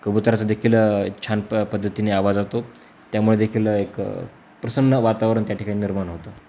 कबूतराचं देखील एक छान प पद्धतीने आवाज राहतो त्यामुळे देखील एक प्रसन्न वातावरण त्या ठिकाणी निर्माण होतं